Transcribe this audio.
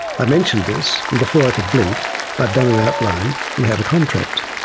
i mentioned this, and before i could blink, i had done an outline and had a contract.